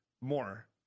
more